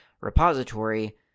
repository